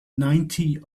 ninety